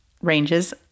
Ranges